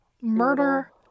murder